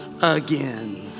again